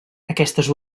aquestes